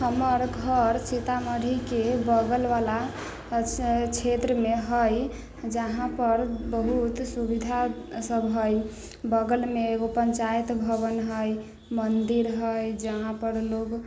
हमर घर सीतामढ़ीके बगलवला क्षेत्रमे हइ जहाँपर बहुत सुविधासभ हइ बगलमे एगो पञ्चायत भवन हइ मन्दिर हइ जहाँपर लोग